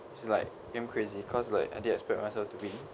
it's like damn crazy because like I didn't expect myself to win